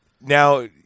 now